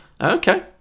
okay